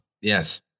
Yes